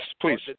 please